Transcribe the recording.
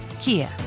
Kia